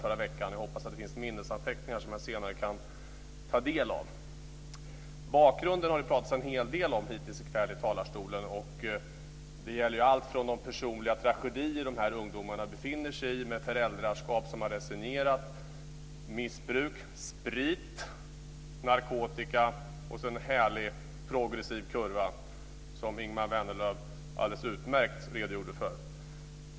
Jag hoppas att det finns minnesanteckningar som jag senare kan ta del av. Bakgrunden har det pratats en hel del om hittills i talarstolen i kväll. Det gäller allt från de personliga tragedier som dessa unga befinner sig i, med föräldraskap som har resignerat, missbruk, sprit, narkotika och en härlig progressiv kurva, som Ingemar Vänerlöv utmärkt redogjorde för.